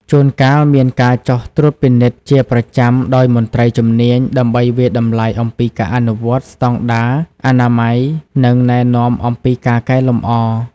ជួនកាលមានការចុះត្រួតពិនិត្យជាប្រចាំដោយមន្ត្រីជំនាញ ដើម្បីវាយតម្លៃអំពីការអនុវត្តស្តង់ដារអនាម័យ និងណែនាំអំពីការកែលម្អ ។